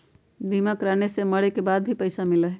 बीमा कराने से मरे के बाद भी पईसा मिलहई?